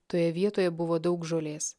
toje vietoje buvo daug žolės